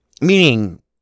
Meaning